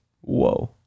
Whoa